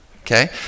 Okay